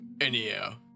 anyhow